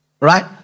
right